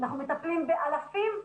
אנחנו מטפלים באלפים,